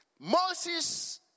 Moses